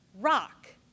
rock